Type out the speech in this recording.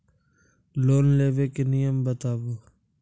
Loan लेबे के नियम बताबू?